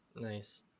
Nice